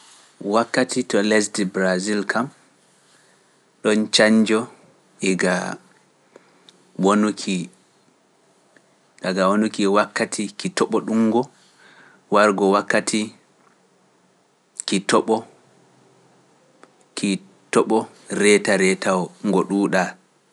Wakkati to lesdi Braziliya kam ɗoon cañnjo e ga wonuki wakkati ki toɓo ɗum ngo, wargo wakkati ki toɓo reetaree tawo ngo ɗuuɗa.